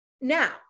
now